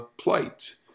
plight